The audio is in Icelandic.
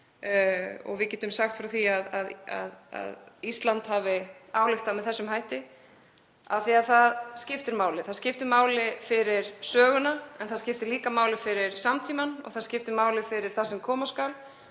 Við getum sagt frá því að Ísland hafi ályktað með þessum hætti, af því að það skiptir máli. Það skiptir máli fyrir söguna en líka fyrir samtímann, og það skiptir máli fyrir það sem koma skal